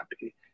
happy